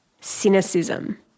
cynicism